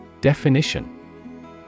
Definition